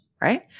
Right